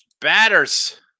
batters